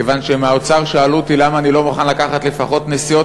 כיוון שמהאוצר שאלו אותי: למה אני לא מוכן לקחת לפחות נסיעות?